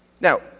Now